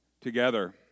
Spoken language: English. together